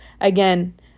again